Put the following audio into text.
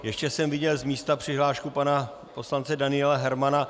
Ještě jsem viděl z místa přihlášku pana poslance Daniela Hermana.